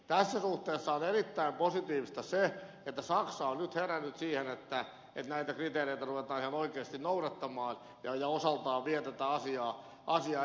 tässä suhteessa on erittäin positiivista se että saksa on nyt herännyt siihen että näitä kriteereitä ruvetaan ihan oikeasti noudattamaan ja osaltaan vie tätä asiaa eteenpäin